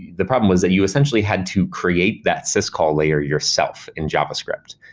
the problem was that you essentially had to create that syscall layer yourself in javascript.